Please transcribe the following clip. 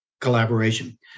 collaboration